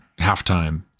halftime